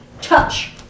touch